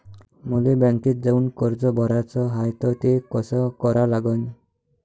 मले बँकेत जाऊन कर्ज भराच हाय त ते कस करा लागन?